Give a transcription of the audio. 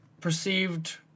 perceived